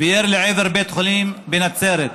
וירי לעבר בית חולים בנצרת.